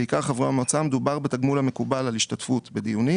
מדובר בתגמול המקובל על השתתפות בדיונים.